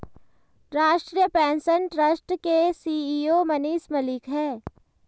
राष्ट्रीय pension trust के CEO Manish Malik है